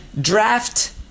draft